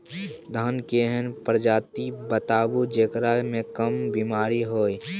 धान के एहन प्रजाति बताबू जेकरा मे कम बीमारी हैय?